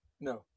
No